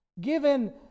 given